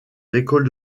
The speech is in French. écoles